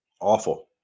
Awful